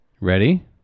Ready